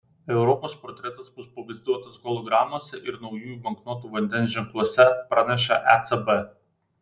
europos portretas bus pavaizduotas hologramose ir naujųjų banknotų vandens ženkluose praneša ecb